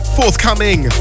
forthcoming